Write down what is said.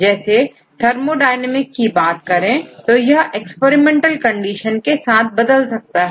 जैसे थर्मोडायनेमिक्स की बात करें तो यह एक्सपेरिमेंटल कंडीशन के साथ बदल सकता है